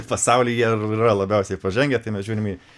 pasaulyje ir yra labiausiai pažengę tai mes žiūrim į